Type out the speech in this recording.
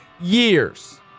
years